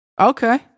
Okay